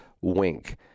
wink